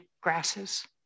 grasses